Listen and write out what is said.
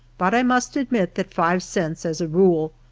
but i must admit that five cents, as a rule,